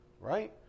Right